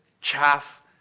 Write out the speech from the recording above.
chaff